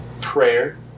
prayer